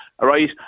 right